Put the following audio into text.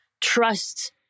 trust